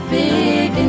big